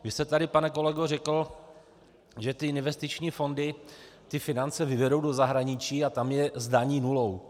Vy jste tady, pane kolego, řekl, že investiční fondy finance vyvedou do zahraničí a tam je zdaní nulou.